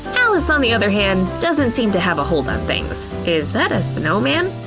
alice, on the other hand, doesn't seem to have a hold on things. is that a snow man?